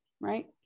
right